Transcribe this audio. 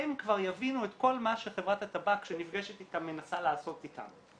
הם כבר יבינו את כל מה שחברת הטבק שנפגשת איתם מנסה לעשות איתם.